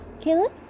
Caleb